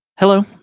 Hello